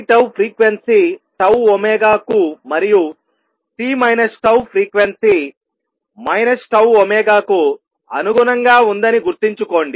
C frequency τω కు మరియు C frequency τω కు అనుగుణంగా ఉందని గుర్తుంచుకోండి